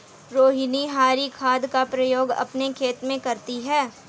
रोहिनी हरी खाद का प्रयोग अपने खेत में करती है